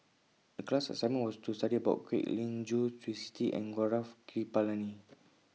The class assignment was to study about Kwek Leng Joo Twisstii and Gaurav Kripalani